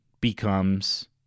becomes